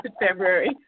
February